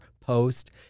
post